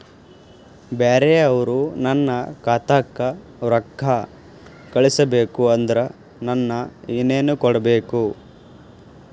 ಬ್ಯಾರೆ ಅವರು ನನ್ನ ಖಾತಾಕ್ಕ ರೊಕ್ಕಾ ಕಳಿಸಬೇಕು ಅಂದ್ರ ನನ್ನ ಏನೇನು ಕೊಡಬೇಕು?